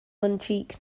munchique